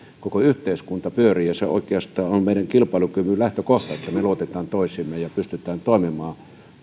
koko yhteiskunta pyörii ja se oikeastaan on meidän kilpailukykymme lähtökohta että me luotamme toisiimme ja pystymme toimimaan